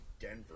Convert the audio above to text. Denver